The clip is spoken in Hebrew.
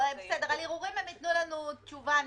על ערעורים הם יתנו לנו תשובה נפרדת.